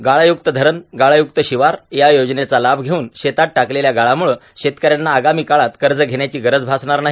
गाळ्युक्त धरण गाळ्युक्त शिवार या योजनेचा लाभ घेऊन शेतात टाकलेल्या गाळामुळे शेतकऱ्यांना आगामी काळात कर्ज घेण्याची गरज भासणार नाही